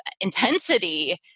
intensity